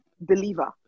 believer